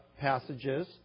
passages